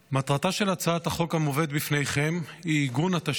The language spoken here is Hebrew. מטרתה של הצעת החוק המובאת בפניכם היא עיגון התשתית